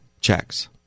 checks